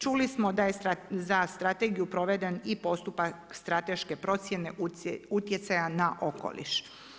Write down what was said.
Čuli smo da je za strategiju proveden i postupak strateške procjene utjecaja na okoliš.